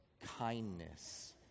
kindness